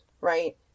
right